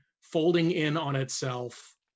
folding-in-on-itself